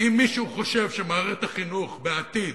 אם מישהו חושב שמערכת החינוך בעתיד